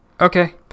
Okay